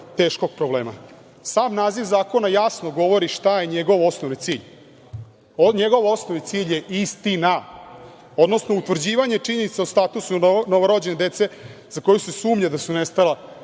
teškog problema. Sam naziv zakona jasno govori šta je njegov osnovni cilj. Njegov osnovni cilj je istina, odnosno utvrđivanje činjenica o statusu novorođene dece za koju se sumnja da su nestala